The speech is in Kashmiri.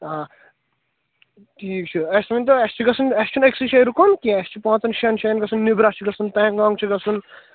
آ ٹھیٖک چھُو اَسہِ ؤنۍتَو اَسہِ چھُ گژھُن اَسہِ چھُنہٕ أکۍ سٕے جایہِ رُکُن کیٚنٛہہ اَسہِ چھُ پانٛژن جایَن گژھُن نِبرا چھُ گژھُن پیٚنگانٛگ چھُ گژھُن